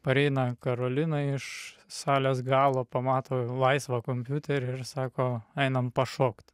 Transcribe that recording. pareina karolina iš salės galo pamato laisvą kompiuterį ir sako einam pašokt